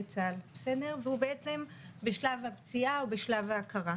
צה"ל והוא בעצם בשלב הפציעה או בשלב ההכרה,